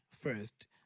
first